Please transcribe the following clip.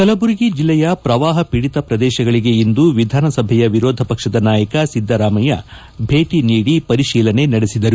ಕಲಬುರಗಿ ಜಿಲ್ಲೆಯ ಪ್ರವಾಹ ಪೀಡಿತ ಪ್ರದೇಶಗಳಿಗೆ ಇಂದು ವಿಧಾನಸಭೆ ವಿರೋಧಪಕ್ಷದ ನಾಯಕ ಸಿದ್ದರಾಮಯ್ಯ ಭೇಟ ನೀಡಿ ಪರಿಶೀಲನೆ ನಡೆಸಿದರು